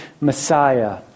Messiah